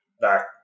back